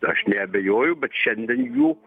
aš neabejoju bet šiandien jų